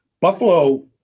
Buffalo